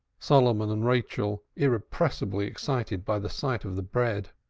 solomon and rachel, irrepressibly excited by the sight of the bread,